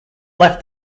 left